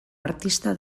artista